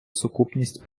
сукупність